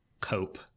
cope